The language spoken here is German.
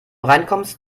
reinkommst